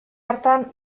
hartan